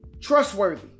trustworthy